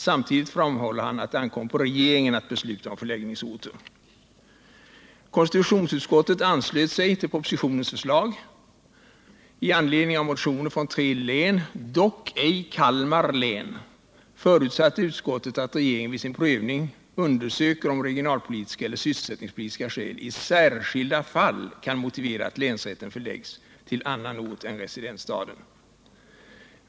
Samtidigt framhåller han att det ankommer på regeringen att besluta om förläggningsorten. Konstitutionsutskottet anslöt sig till propositionens förslag. Med anledning av motioner från tre län — dock ej Kalmar län — förutsatte utskottet att regeringen vid sin prövning undersöker om regionalpolitiska eller sysselsättningspolitiska skäl i särskilda fall kan motivera att länsrätten förläggs till annan ort än residensstaden.